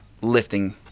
lifting